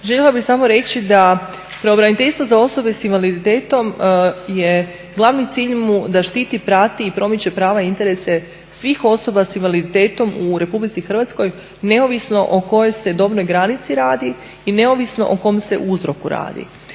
Željela bih samo reći da pravobraniteljstvo za osobe s invaliditetom, glavni cilj mu je da štiti, prati i promiče prava i interese svih osoba s invaliditetom u Republici Hrvatskoj, neovisno o kojoj se dobnoj granici radi i neovisno o kom se uzroku radi.